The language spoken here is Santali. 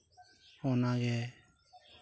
ᱚᱱᱟᱜᱮ